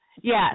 Yes